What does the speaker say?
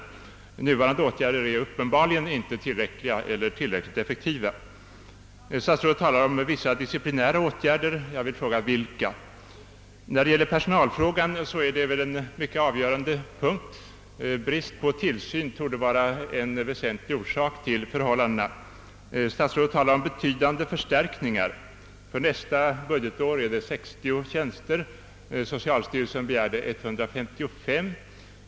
Hittills vidtagna åtgärder är uppenbarligen inte tillräckliga eller tillräckligt effektiva. Statsrådet talar om vissa disciplinära åtgärder. Jag vill fråga: Vilka? Personalfrågan är en mycket avgörande punkt. Brist på tillsyn torde vara en väsentlig orsak till förhållandena. Statsrådet talar om betydande förstärkningar. För nästa budgetår är det 60 tjänster; socialstyrelsen begärde 155.